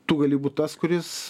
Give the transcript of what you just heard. tu gali būt tas kuris